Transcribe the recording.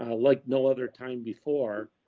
ah like, no, other time before,